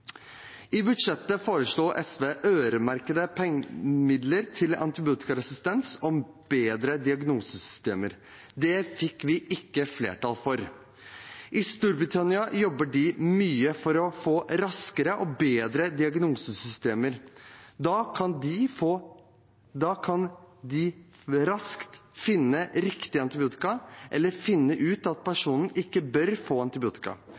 I budsjettet foreslo SV øremerkede midler til antibiotikaresistens og bedre diagnosesystemer. Det fikk vi ikke flertall for. I Storbritannia jobber de mye for å få raskere og bedre diagnosesystemer. Da kan de raskt finne riktig antibiotika, eller finne ut at personen ikke bør få